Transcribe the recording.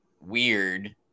weird